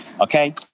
Okay